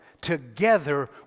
together